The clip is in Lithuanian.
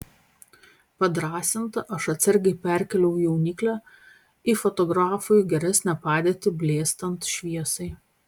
padrąsinta aš atsargiai perkėliau jauniklę į fotografui geresnę padėtį blėstant šviesai